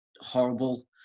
horrible